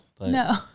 No